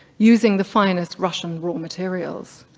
using the finest russian raw materials.